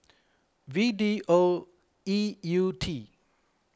V D O E U T